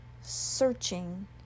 searching